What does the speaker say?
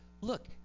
look